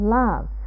love